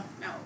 no